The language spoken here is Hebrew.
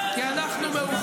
אדוני היושב-ראש,